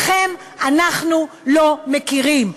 בכם אנחנו לא מכירים?